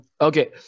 Okay